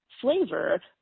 Flavor